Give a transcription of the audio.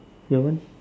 your one